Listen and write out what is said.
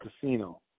casino